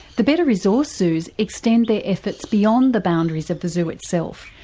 the better-resourced zoos extend their efforts beyond the boundaries of the zoo itself,